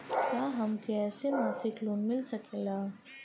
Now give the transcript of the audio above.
का हमके ऐसे मासिक लोन मिल सकेला?